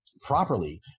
properly